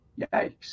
Yikes